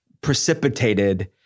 precipitated